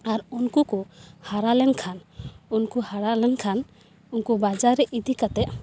ᱟᱨ ᱩᱱᱠᱩ ᱠᱚ ᱦᱟᱨᱟ ᱞᱮᱱ ᱠᱷᱟᱱ ᱩᱱᱠᱩ ᱦᱟᱨᱟ ᱞᱮᱱᱠᱷᱟᱱ ᱩᱱᱠᱩ ᱵᱟᱡᱟᱨ ᱨᱮ ᱤᱫᱤ ᱠᱟᱛᱮᱫ